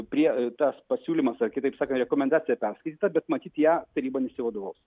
prie tas pasiūlymas ar kitaip sakant rekomendaciją perskaityta bet matyt ją taryba nesivadovaus